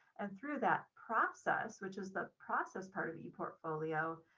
and through that process, which is the process part of the portfolio,